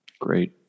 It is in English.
Great